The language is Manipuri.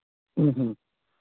ꯎꯝ ꯍꯨꯝ